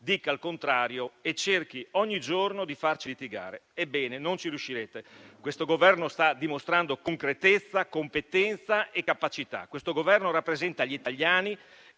dica il contrario e cerchi ogni giorno di farci litigare. Ebbene, non ci riuscirete. Questo Governo sta dimostrando concretezza, competenza e capacità. Questo Governo rappresenta gli italiani